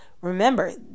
Remember